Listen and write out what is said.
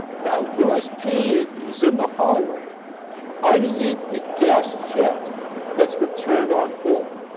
now lewis paine is in the hallway underneath a gas jet that's been turned on full,